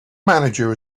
manager